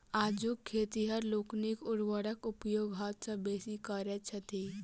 आजुक खेतिहर लोकनि उर्वरकक प्रयोग हद सॅ बेसी करैत छथि